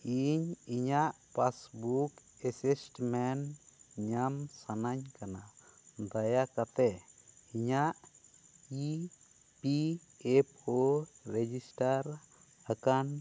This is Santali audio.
ᱤᱧ ᱤᱧᱟᱹᱜ ᱯᱟᱥᱵᱩᱠ ᱮᱥᱮᱥᱢᱮᱱᱴ ᱧᱟᱢ ᱥᱟᱱᱟᱹᱧ ᱠᱟᱱᱟ ᱫᱟᱭᱟ ᱠᱟᱛᱮ ᱤᱧᱟᱹᱜ E P F O register ᱟᱠᱟᱱ